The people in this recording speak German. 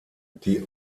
die